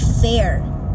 fair